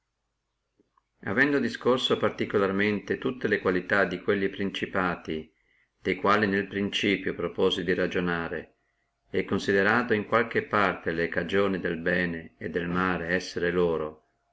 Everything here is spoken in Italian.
avendo discorso particularmente tutte le qualità di quelli principati de quali nel principio proposi di ragionare e considerato in qualche parte le cagioni del bene e del male essere loro